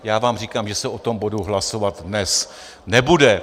Já vám říkám, že se o tom bodu hlasovat dnes nebude.